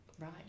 Right